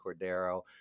Cordero